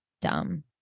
Dumb